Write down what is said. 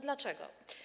Dlaczego?